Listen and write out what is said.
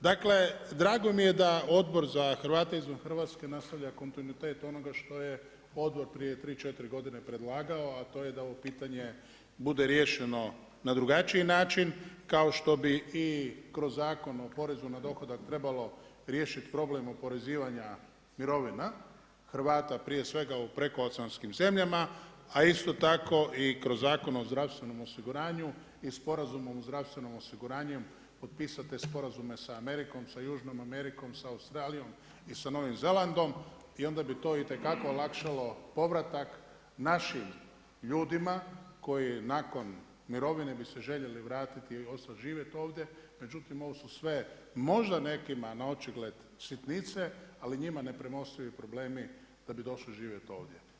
Dakle, drago mi je da Odbor za Hrvate izvan Hrvatske nastavlja kontinuitet onoga što je Odbor prije 3, 4 godine predlagao a to je da ovo pitanje bude riješeno na drugačiji način kao što bi i kroz Zakon o porezu na dohodak trebalo riješiti problem oporezivanja mirovina, Hrvata prije svega u prekooceanskim zemljama a isto tako i kroz Zakon o zdravstvenom osiguranju i Sporazumu o zdravstvenom osiguranju potpisao te sporazume sa Amerikom, sa Južnom Amerikom, sa Australijom i sa Novim Zelandom, i onda bi to itekako olakšalo povratak našim ljudima koji nakon mirovine bi se željeli vratiti i ostati živjeti ovdje, međutim ovo su sve možda nekima naočigled sitnice ali njima nepremostivi problemi da bi došli živjeti ovdje.